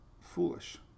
foolish